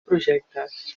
projectes